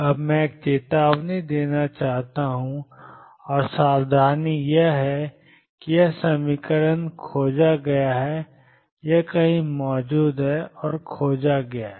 अब मैं एक चेतावनी देना चाहता हूं और सावधानी यह है कि यह समीकरण खोजा गया है यह कहीं मौजूद है और खोजा गया है